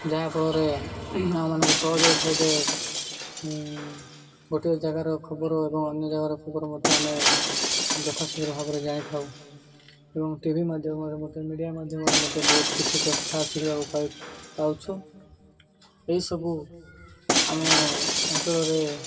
ଯାହାଫଳରେ ଆମମାନଙ୍କୁ ସହଜ ହେଇଥାଏ ଯେ ଗୋଟିଏ ଜାଗାର ଖବର ଏବଂ ଅନ୍ୟ ଜାଗାର ଖବର ମଧ୍ୟ ଆମେ ଯଥାଶୀଘ୍ର ଭାବରେ ଜାଣିଥାଉ ଏବଂ ଟି ଭି ମାଧ୍ୟମରେ ମଧ୍ୟ ମିଡ଼ିଆ ମାଧ୍ୟମରେ ମଧ୍ୟ ବହୁତ କିଛି କଥା ଶିଖିବାକୁ ପାଇ ପାଉଛୁ ଏହିସବୁ ଆମ ଅଞ୍ଚଳରେ